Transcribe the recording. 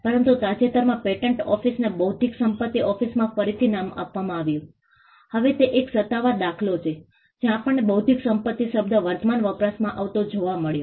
પરંતુ તાજેતરમાં પેટન્ટ ઓફિસને બૌદ્ધિક સંપત્તિ ઓફિસમાં ફરીથી નામ આપવામાં આવ્યું હવે તે એક સત્તાવાર દાખલો છે જ્યાં આપણને બૌદ્ધિક સંપત્તિ શબ્દ વર્તમાન વપરાશમાં આવતો જોવા મળ્યો